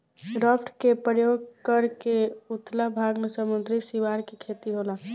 raft के प्रयोग क के उथला भाग में समुंद्री सिवार के खेती होला